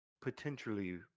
potentially